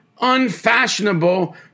unfashionable